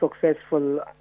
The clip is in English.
successful